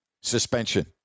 suspension